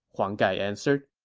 huang gai answered